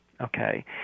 okay